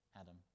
Adam